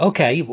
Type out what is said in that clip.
Okay